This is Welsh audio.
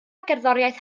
gerddoriaeth